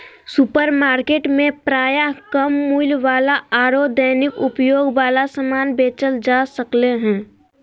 supermarket में प्रायः कम मूल्य वाला आरो दैनिक उपयोग वाला समान बेचल जा सक्ले हें